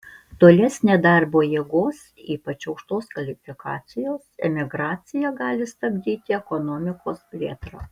tolesnė darbo jėgos ypač aukštos kvalifikacijos emigracija gali stabdyti ekonomikos plėtrą